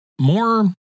more